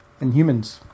Inhumans